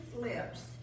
lips